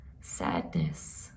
sadness